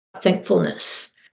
thankfulness